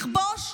לכבוש.